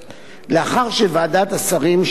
לאחר שוועדת השרים שמעה